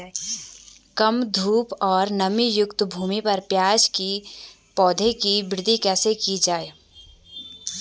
कम धूप और नमीयुक्त भूमि पर प्याज़ के पौधों की वृद्धि कैसे की जाए?